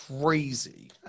crazy